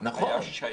הממשלה, היה שייך